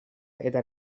eta